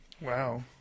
Wow